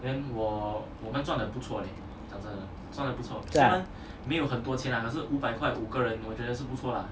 !wah!